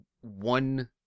one